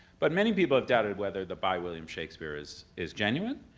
but many people have doubted whether the by william shakespeare is is genuine,